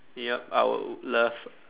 yup I would love